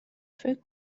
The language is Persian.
فکر